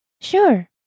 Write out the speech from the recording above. Sure